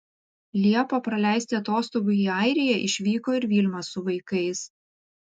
liepą praleisti atostogų į airiją išvyko ir vilma su vaikais